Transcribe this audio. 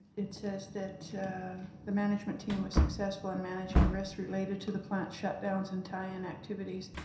it says that the management team was successful in managing risks related to the plant shutdowns and tie-in activities.